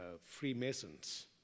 Freemasons